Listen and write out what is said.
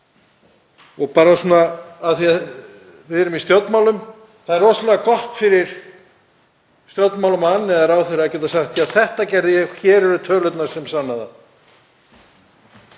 og bara svona af því að við erum í stjórnmálum: Það er rosalega gott fyrir stjórnmálamann eða ráðherra að geta sagt: Já, þetta gerði ég. Hér eru tölurnar sem sanna það.